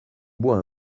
bois